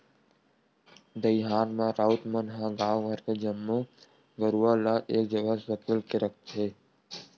दईहान म राउत मन ह गांव भर के जम्मो गरूवा ल एक जगह सकेल के रखथे